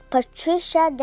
Patricia